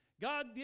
God